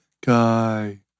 guy